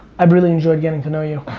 i've really enjoyed getting to know you.